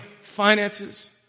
finances